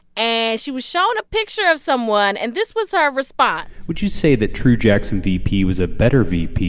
and she was shown a picture of someone and this was her response would you say that true jackson, vp was a better vp